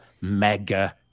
mega